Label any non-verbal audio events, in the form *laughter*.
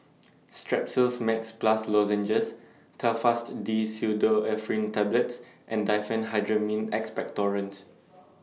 *noise* Strepsils Max Plus Lozenges Telfast D Pseudoephrine Tablets and Diphenhydramine Expectorant *noise*